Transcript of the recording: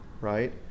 Right